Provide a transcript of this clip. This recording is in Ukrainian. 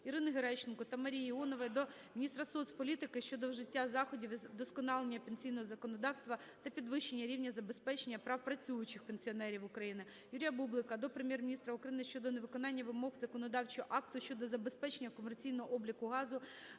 Ірини Геращенко та Марії Іонової до міністра соцполітики щодо вжиття заходів із вдосконалення пенсійного законодавства та підвищення рівня забезпечення прав працюючих пенсіонерів України. Юрія Бублика до Прем'єр-міністра України щодо невиконання вимог законодавчого акту щодо забезпечення комерційного обліку газу,